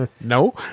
no